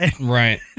Right